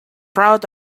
proud